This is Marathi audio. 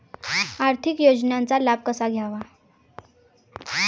आर्थिक योजनांचा लाभ कसा घ्यावा?